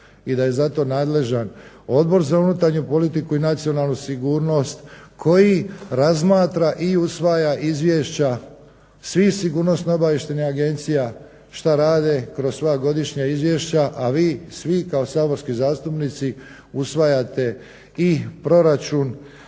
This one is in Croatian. i da je za to nadležan Odbor za unutarnju politiku i nacionalnu sigurnost koji razmatra i usvaja izvješća svih sigurnosno-obavještajnih agencija što rade kroz svoja godišnja izvješća, a vi svi kao saborski zastupnici usvajate i proračun